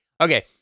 Okay